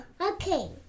Okay